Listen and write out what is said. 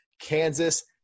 Kansas